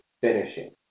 finishing